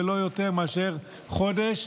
לא יותר מאשר חודש,